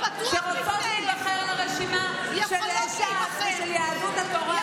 הייתי שמחה אם היית גם את מטה אוזן קשבת לרצונן של נשים חרדיות,